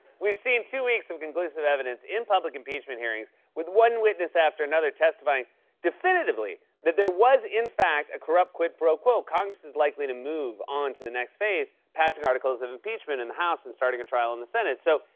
we've seen two weeks of conclusive evidence in public impeachment hearings, with one witness after another testifying definitively that there was, in fact, a corrupt quid pro quo. congress is likely to move on to the next phase, passing articles of impeachment in the house and starting a trial in the senate, so,